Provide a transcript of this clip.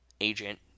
agent